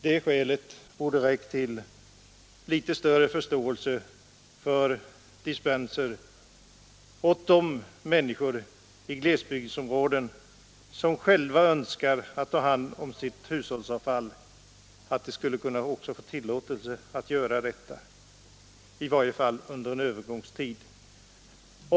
Det skälet borde ha räckt till för att man skulle visa litet större förståelse för dispenser åt de människor i glesbygdsområden som själva önskar ta hand om sitt hushållsavfall, i varje fall under en övergångstid.